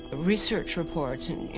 research reports. and, you